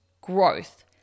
growth